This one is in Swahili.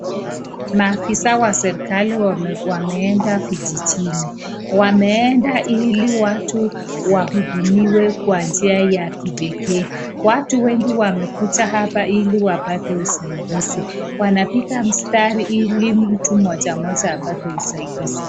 Maafisa wa serikali wameenda vijijini. Wameenda ili watu wahudumiwe kwa njia ya kibeke. Watu wengi wamekuja hapa ili wapate usaidizi. Wanapiga mstari ili mtu mmoja mmoja apate usaidizi.